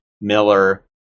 miller